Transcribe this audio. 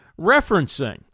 referencing